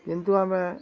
କିନ୍ତୁ ଆମେ